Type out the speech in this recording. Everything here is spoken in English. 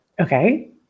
Okay